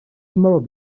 tomorrow